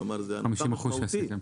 כלומר זו הנחה משמעותית.